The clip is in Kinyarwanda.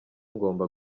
ngomba